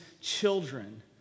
children